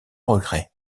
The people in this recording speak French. regret